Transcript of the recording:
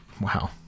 Wow